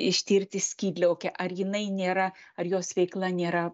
ištirti skydliaukę ar jinai nėra ar jos veikla nėra